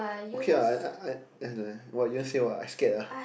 okay ah I I I what you want say what I scared ah